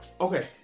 Okay